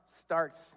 starts